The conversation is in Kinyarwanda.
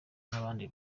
n’abandi